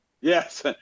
Yes